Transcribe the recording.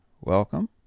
Welcome